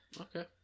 Okay